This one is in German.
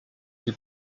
sie